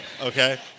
okay